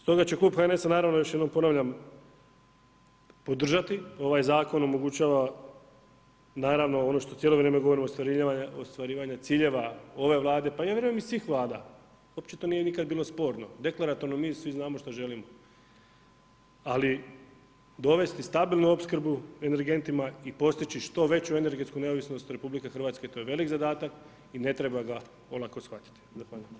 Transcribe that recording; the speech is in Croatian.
Stoga će klub HNS-a naravno još jednom ponavljam, podržati, ovaj zakon omogućava naravno ono što cijelo vrijeme govorimo ostvarivanje ciljeva ove Vlade pa ja vjerujem i svih Vlada, uopće to nije nikad bilo sporno, deklaratorno mi svi znamo što želimo, ali dovesti stabilnu opskrbu energentima i postići što veću energetsku neovisnost RH, to je veliki zadat i ne tra ga olako shvatiti.